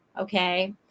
okay